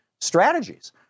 strategies